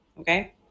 Okay